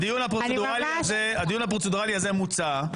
הדיון הפרוצדורלי הזה מוצה.